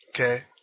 Okay